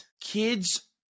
kids